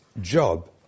job